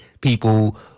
people